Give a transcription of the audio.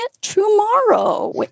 tomorrow